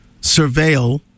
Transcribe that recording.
surveil